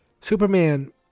Superman